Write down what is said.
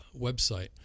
website